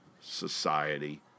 society